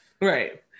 right